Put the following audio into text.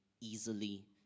easily